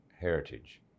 heritage